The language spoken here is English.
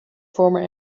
former